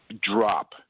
drop